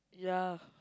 ya